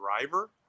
driver